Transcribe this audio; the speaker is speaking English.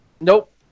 nope